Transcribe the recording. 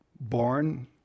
born